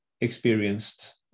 experienced